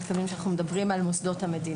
כשאנחנו מדברים על מוסדות המדינה.